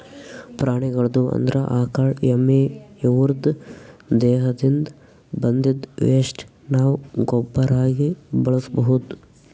ಪ್ರಾಣಿಗಳ್ದು ಅಂದ್ರ ಆಕಳ್ ಎಮ್ಮಿ ಇವುದ್ರ್ ದೇಹದಿಂದ್ ಬಂದಿದ್ದ್ ವೆಸ್ಟ್ ನಾವ್ ಗೊಬ್ಬರಾಗಿ ಬಳಸ್ಬಹುದ್